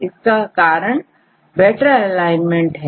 इसका कारण better alignment है